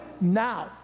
now